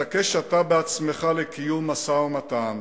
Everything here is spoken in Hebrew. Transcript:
התעקש אתה בעצמך על קיום משא-ומתן,